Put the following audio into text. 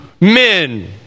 men